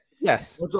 Yes